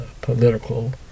political